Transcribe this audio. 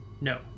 No